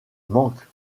manque